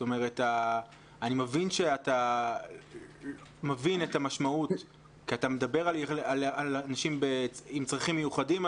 אני מבין שאתה מבין את המשמעות כי אתה מדבר על אנשים עם צרכים מיוחדים,